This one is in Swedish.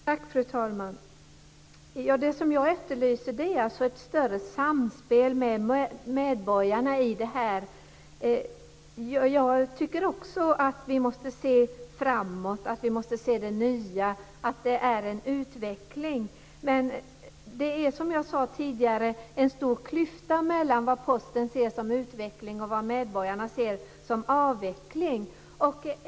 Fru talman! Det som jag efterlyser är alltså ett större samspel med medborgarna i det här. Jag tycker också att vi måste se framåt, att vi måste se det nya, att det är en utveckling. Men det är, som jag sade tidigare, en stor klyfta mellan vad Posten ser som utveckling och vad medborgarna ser som avveckling.